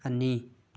ꯑꯅꯤ